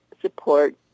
support